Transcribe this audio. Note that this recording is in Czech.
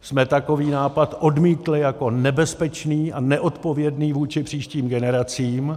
jsme takový nápad odmítli jako nebezpečný a neodpovědný vůči příštím generacím.